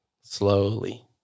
slowly